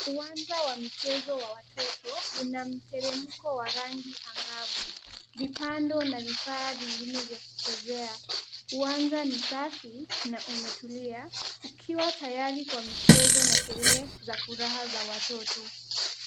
Uwanja wa mchezo wa watoto una mteremko wa rangi angavu ,vipando na vifaa vingine vya kuchezea. Uwanja ni safi na umetulia ukiwa tayari kwa michezo na kelele za furaha za watoto.